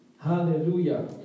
Hallelujah